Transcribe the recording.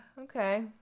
okay